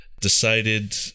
decided